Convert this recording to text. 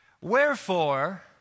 Wherefore